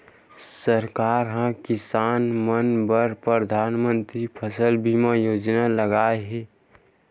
सरकार ह किसान मन बर परधानमंतरी फसल बीमा योजना लाए हे